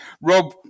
Rob